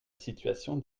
situation